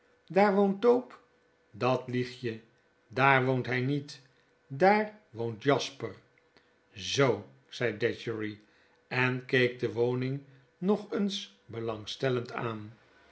woont tope dat lieg je daar wont hy niet daar woont jasper zoo zei datchery en keek de woning nog eens belangstellend aan